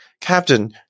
Captain